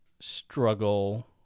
struggle